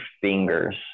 fingers